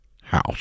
house